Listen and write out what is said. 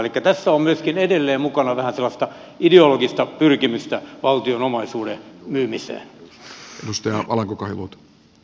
elikkä tässä on myöskin edelleen mukana vähän sellaista ideologista pyrkimystä valtion omaisuuden myymiseen